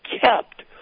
kept